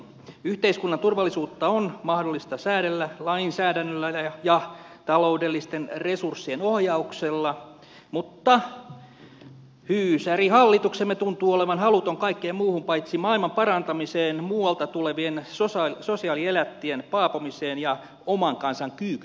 yhteiskunnan turvallisuutta on mahdollista säädellä lainsäädännöllä ja taloudellisten resurssien oh jauksella mutta hyysärihallituksemme tuntuu olevan haluton kaikkeen muuhun paitsi maailmanparantamiseen muualta tulevien sosiaali elättien paapomiseen ja oman kansan kyykyttämiseen